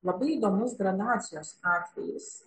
labai įdomus gradacijos atvejis